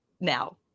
now